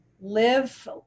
Live